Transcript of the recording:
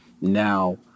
now